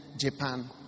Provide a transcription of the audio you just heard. Japan